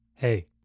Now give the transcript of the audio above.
Hey